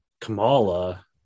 Kamala